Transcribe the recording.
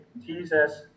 Jesus